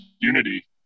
unity